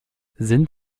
sind